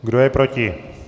Kdo je proti?